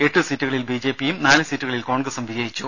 എട്ട് സീറ്റുകളിൽ B J പിയും നാല് സീറ്റുകളിൽ കോൺഗ്രസും വിജയിച്ചു